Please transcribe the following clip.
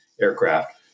aircraft